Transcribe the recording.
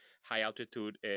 high-altitude